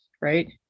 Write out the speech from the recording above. right